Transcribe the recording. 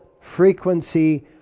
frequency